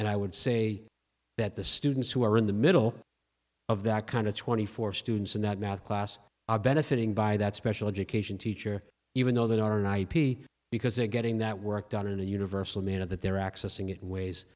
and i would say that the students who are in the middle of that kind of twenty four students in that math class are benefiting by that special education teacher even though they are an ip because they are getting that work done in a universal manner that they're accessing it in ways